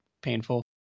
painful